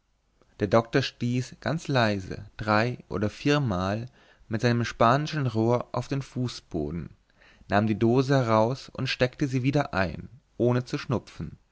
der doktor stieß ganz leise drei oder viermal mit seinem spanischen rohr auf den fußboden nahm die dose heraus und steckte sie wieder ein ohne zu schnupfen